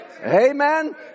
Amen